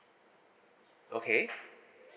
okay